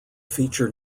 feature